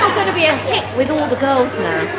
going to be a hit with all the girls